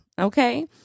Okay